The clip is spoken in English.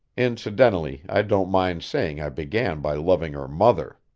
incidentally i don't mind saying i began by loving her mother.